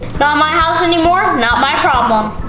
not my house anymore, not my problem.